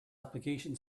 application